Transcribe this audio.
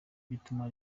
bituma